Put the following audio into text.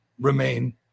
remain